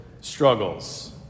struggles